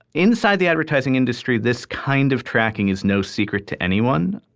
inside the advertising industry, this kind of tracking is no secret to anyone.